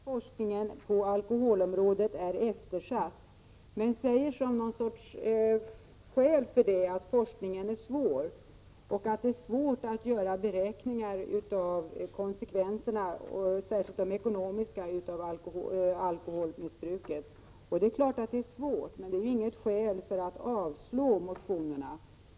Herr talman! Maud Björnemalm håller med om att forskningen på alkoholområdet är eftersatt, men hon säger som någon sorts skäl för avslag att forskningen är besvärlig och att det är svårt att göra beräkningar av konsekvenserna, särskilt de ekonomiska, av alkoholmissbruket. Det är klart att det är svårt, men detta är inget skäl för avslag på motionerna.